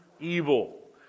evil